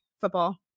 football